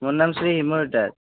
মোৰ নাম শ্ৰী হিমুৰ দাস